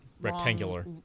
Rectangular